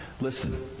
listen